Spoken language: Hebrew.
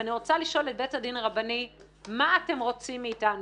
ואני רוצה לשאול את בית הדין הרבני: מה אתם רוצים מאיתנו?